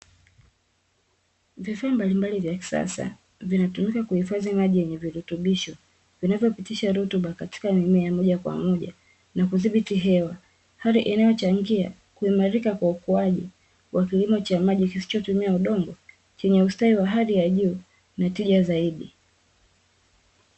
Vifaa mbalimbali vya kisasa vinatumika kuhifadhi maji yenye virutubisho vinavyopitisha rutuba katika mimea ya moja kwa Moja na kudhibiti hewa, hali inayochangia kuimarika kwa ukuaji wa kilimo cha maji kisichotumia udongo chenye ustawi wa hali ya juu na tija zaidi.